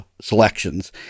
selections